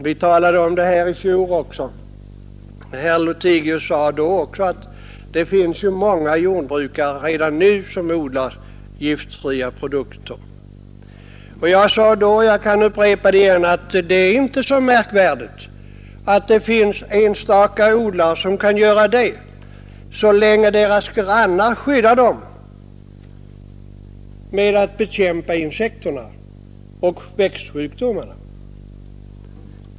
Vi talade om det här i fjol också. Herr Lothigius sade även då att det redan finns många jordbrukare som framställer giftfria produkter. Jag sade då, och jag kan upprepa det igen, att det är inte så märkvärdigt att enstaka odlare kan göra det, så länge deras grannar skyddar dem genom att bekämpa insekterna och växtsjukdomarna.